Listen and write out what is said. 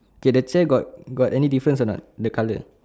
did the chair got got any difference or not the colour